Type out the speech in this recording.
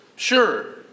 Sure